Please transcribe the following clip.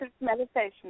Meditation